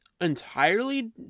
entirely